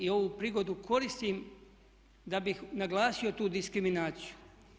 I ovu prigodu koristim da bih naglasio tu diskriminaciju.